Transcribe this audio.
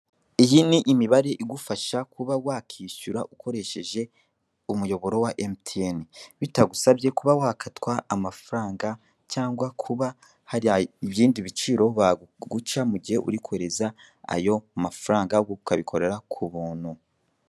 Iyi ni imibare igufasha kuba wakwishyura ukoresheje umuyoboro wa emutiyeni, bitagusabye kuba wakatwa amafaranga, cyangwa kuba hari ibindi biciro baguca mu gihe uri kohereza ayo mafaranga, ahubwo ukabikora ku buntu.